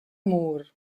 moore